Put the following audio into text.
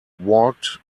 walked